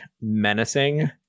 menacing